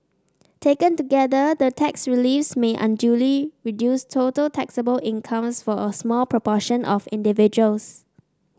taken together the tax reliefs may unduly reduce total taxable incomes for a small proportion of individuals